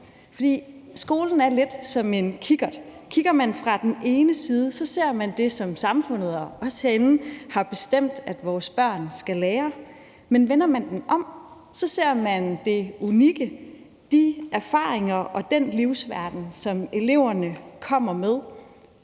skolen er lidt som en kikkert. Kigger man fra den ene side, ser man det, som samfundet og vi herinde har bestemt at vores børn skal lære, men vender man den om, ser man det unikke: de erfaringer og den livsverden, som eleverne kommer med.